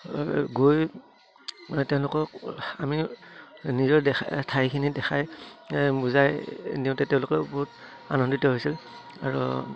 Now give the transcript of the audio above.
গৈ মানে তেওঁলোকক আমি নিজৰ দেখাই ঠাইখিনি দেখাই বুজাই দিওঁতে তেওঁলোকেও বহুত আনন্দিত হৈছিল আৰু